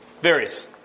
various